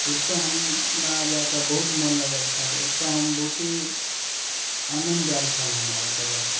ओतऽ हमरा जाकऽ बहुत मोन लागल छल ओतऽ हम बहुते आनन्द आएल छल हमरा ओतऽ जाकऽ